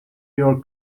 your